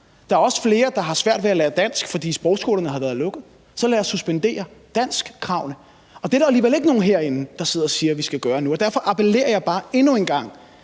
der er også flere, der har svært ved at lære dansk, fordi sprogskolerne har været lukket, så lad os suspendere danskkravet. Det er der alligevel ikke nogen herinde der sidder og siger at vi skal gøre nu, og derfor appellerer jeg bare endnu en gang